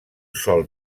sol